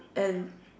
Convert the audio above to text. and